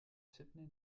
sydney